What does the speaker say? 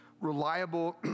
reliable